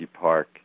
Park